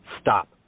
stop